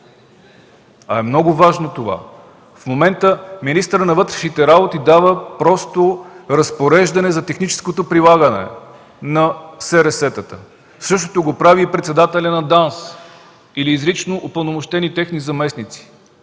е много важно. В момента министърът на вътрешните работи дава просто разпореждане за техническото прилагане на сересетата. Същото го прави и председателят на ДАНС или изрично упълномощени техни заместници.